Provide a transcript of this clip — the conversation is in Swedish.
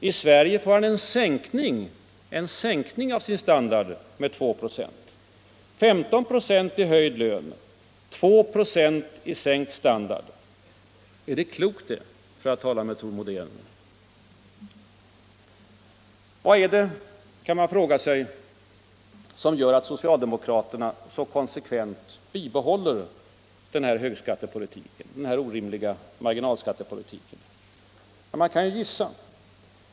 I Sverige får han en sänkning av sin standard med 296. 15 96 i höjd lön — 2 96 i sänkt standard! Är det klokt det, för att tala med Thor Modéen? Vad är det — kan man fråga sig - som gör att socialdemokraterna så konsekvent bibehåller den här orimliga marginalskattepolitiken? ja, man kan ju gissa.